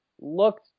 looked